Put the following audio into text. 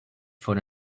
for